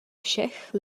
všech